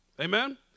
Amen